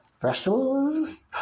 vegetables